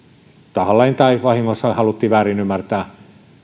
tahallaan tai vahingossa haluttiin väärinymmärtää